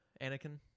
Anakin